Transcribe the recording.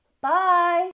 Bye